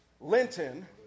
Linton